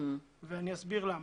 אני אסביר למה: